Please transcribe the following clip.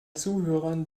zuhörern